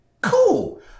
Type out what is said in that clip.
Cool